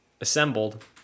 assembled